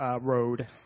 road